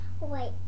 Wait